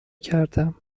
کردم